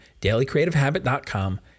dailycreativehabit.com